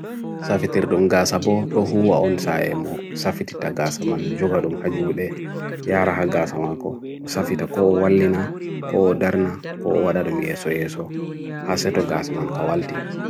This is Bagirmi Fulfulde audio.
Safitir donga sabo, dohua onsa e mo Safitir taga saman, jogadum hajude, yara haga saman ko. Safitir ko walina, ko darna, ko wadadum yeso yeso, hasetonga saman kawalti.